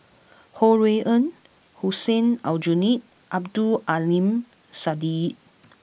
Ho Rui An Hussein Aljunied Abdul Aleem Siddique